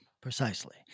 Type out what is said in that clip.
Precisely